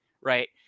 right